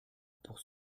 pour